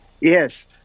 Yes